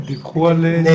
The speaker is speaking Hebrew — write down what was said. הם דיווחו על ---?